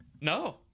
No